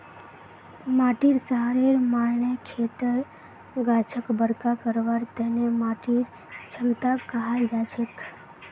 माटीर सहारेर माने खेतर गाछक बरका करवार तने माटीर क्षमताक कहाल जाछेक